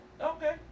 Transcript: Okay